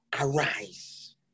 arise